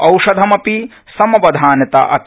औषधं अपि समवधानता अपि